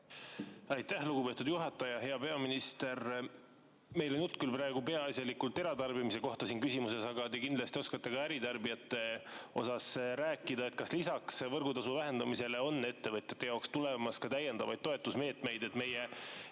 Aitäh, lugupeetud juhataja! Hea peaminister! Meil on juttu küll praegu peaasjalikult eratarbimisest siin küsimuses, aga te kindlasti oskate ka äritarbijate kohta rääkida. Kas lisaks võrgutasu vähendamisele on ettevõtjate jaoks tulemas täiendavaid toetusmeetmeid? Meie